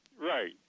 Right